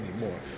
anymore